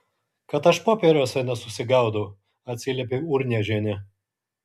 kad aš popieriuose nesusigaudau atsiliepė urniežienė